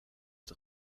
het